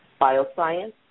bioscience